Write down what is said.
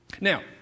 Now